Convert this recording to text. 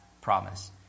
promise